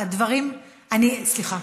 סליחה,